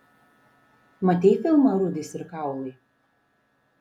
matei filmą rūdys ir kaulai